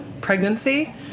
pregnancy